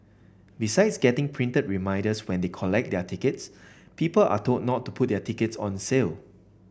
besides getting printed reminders when they collect their tickets people are told not to put their tickets on sale